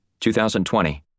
2020